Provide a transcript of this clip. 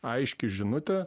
aiški žinutė